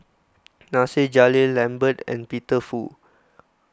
Nasir Jalil Lambert and Peter Fu